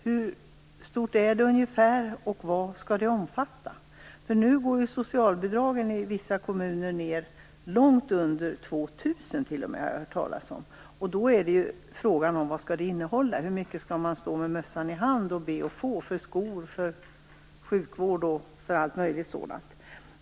Hur stort är det och vad skall det omfatta? Socialbidragen minskas nu i vissa kommuner till långt under 2 000 kr. Då är frågan vad som skall ingå i bidraget och om man skall behöva stå med mössan i hand. Hur mycket skall man få till t.ex. skor, sjukvård och sådant?